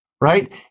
right